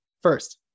first